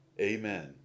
Amen